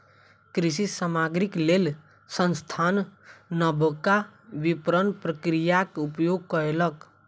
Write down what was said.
कृषि सामग्रीक लेल संस्थान नबका विपरण प्रक्रियाक उपयोग कयलक